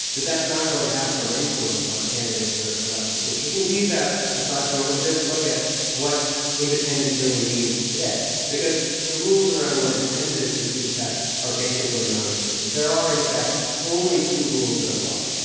that that's not going to have some influence on candidates or elected officials. we'll leave that aside for a moment um and just look at what independent really means today because the rules around what independent is for super pacs are basically nonexistent. there are in effect only two rules that apply.